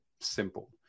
simple